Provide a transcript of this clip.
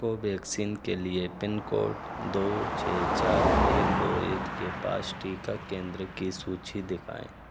Covaxin के लिए pin code दो छः चार एक दो एक के पास टीका केंद्र की सूची दिखाएँ